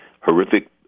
horrific